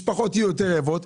יותר משפחות יהיו רעבות.